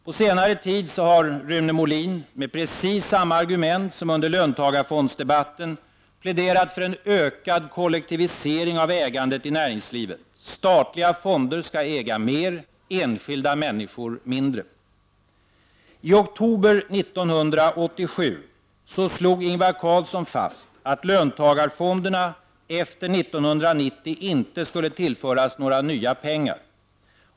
På senare tid har Rune Molin med precis samma argument som under löntagarfondsdebatten pläderat för en ökad kollektivisering av ägandet i näringslivet. Statliga fonder skall äga mer, enskilda människor mindre. I oktober 1987 slog Ingvar Carlsson fast att löntagarfonderna efter 1990 inte skulle tillföras några nya pengar.